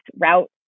route